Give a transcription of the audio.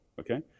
Okay